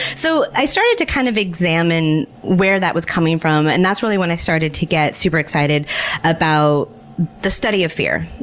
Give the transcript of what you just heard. so, i started to kind of examine where that was coming from and that's really when i started to get super excited about the study of fear.